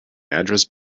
address